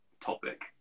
topic